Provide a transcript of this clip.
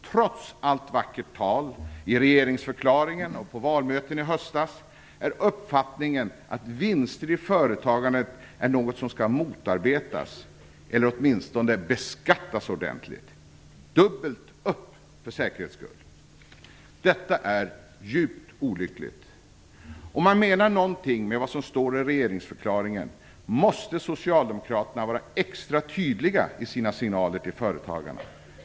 Trots allt vackert tal i regeringsförklaringen och på valmöten i höstas är uppfattningen, att vinster i företagandet är något som skall motarbetas eller åtminstone beskattas ordentligt, dubbelt upp för säkerhets skull. Detta är djupt olyckligt. Om man menar någonting med det som står i regeringsförklaringen måste socialdemokraterna vara extra tydliga i sina signaler till företagarna.